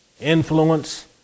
influence